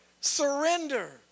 surrender